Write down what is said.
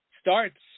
starts –